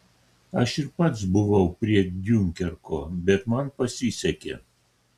aš ir pats buvau prie diunkerko bet man pasisekė